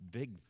big